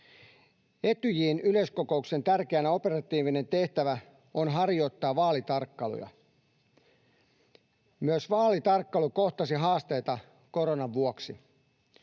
Etyjin yleiskokouksen tärkeä operatiivinen tehtävä on harjoittaa vaalitarkkailua. Myös vaalitarkkailu kohtasi haasteita koronan vuoksi.